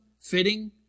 fitting